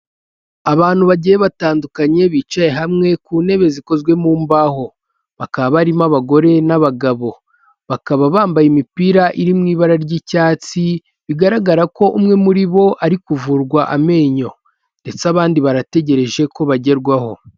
Abantu bagiye batandukanye, bicaye hamwe ku ntebe zikozwe mu mbaho, bakaba barimo abagore n'abagabo, bakaba bambaye imipira iri mu ibara ry'icyatsi, bigaragara ko umwe muri bo ari kuvurwa amenyo, ndetse abandi barategereje ko bagerwaho.